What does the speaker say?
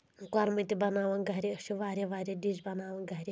کۄرمہٕ تہِ بَناوَان گَرِ أسۍ چھِ واریاہ واریاہ ڈِش بَناوَان گرِ